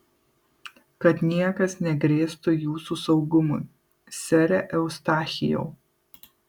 kad niekas negrėstų jūsų saugumui sere eustachijau